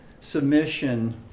submission